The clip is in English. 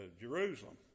Jerusalem